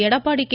Edappadi K